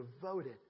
devoted